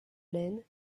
laine